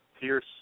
Pierce